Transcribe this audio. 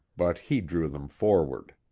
but he drew them forward.